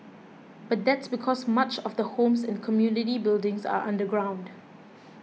but that's because much of the homes and community buildings are underground